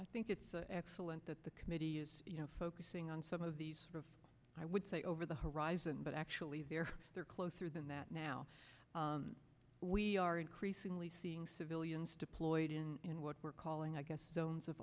i think it's excellent that the committee is you know focusing on some of these i would say over the horizon but actually they're they're closer than that now we are increasingly seeing civilians deployed in what we're calling i guess